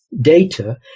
data